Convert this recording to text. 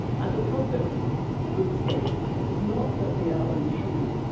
and the problem with stereotypes is not that they are untrue,